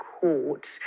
Court